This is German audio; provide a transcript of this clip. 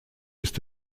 ist